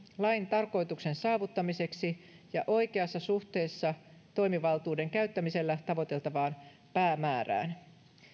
lain tarkoituksen saavuttamiseksi ja oikeassa suhteessa toimivaltuuden käyttämisellä tavoiteltavaan päämäärään